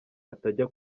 atajya